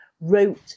wrote